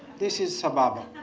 this is sababa.